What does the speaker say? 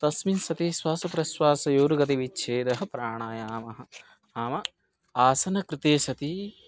तस्मिन् सति श्वासप्रश्वासयोर्गतिविच्छेदः प्राणायामः नाम आसनकृते सति